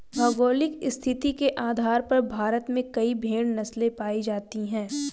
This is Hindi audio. भौगोलिक स्थिति के आधार पर भारत में कई भेड़ नस्लें पाई जाती हैं